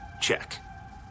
Check